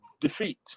defeat